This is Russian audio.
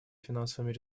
финансовыми